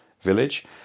village